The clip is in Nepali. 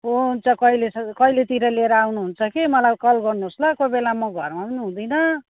हुन्छ कहिले स कहिलेतिर लिएर आउनु हुन्छ कि मलाई कल गर्नु होस् ल कोही बेला म घरमा हुँदिनँ